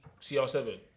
CR7